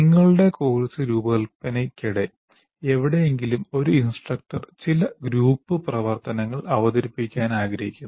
നിങ്ങളുടെ കോഴ്സ് രൂപകൽപ്പനയ്ക്കിടെ എവിടെയെങ്കിലും ഒരു ഇൻസ്ട്രക്ടർ ചില ഗ്രൂപ്പ് പ്രവർത്തനങ്ങൾ അവതരിപ്പിക്കാൻ ആഗ്രഹിക്കുന്നു